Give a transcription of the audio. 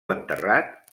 enterrat